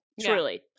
truly